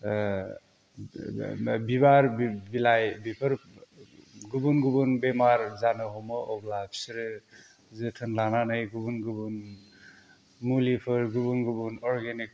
बिबार बिलाइ बेफोर गुबुन गुबुन बेमार जानो हमो अब्ला बिसोरो जोथोन लानानै गुबुन गुबुन मुलिफोर गुबुन गुबुन अर्गेनिक